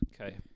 Okay